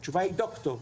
התשובה היא ד"ר.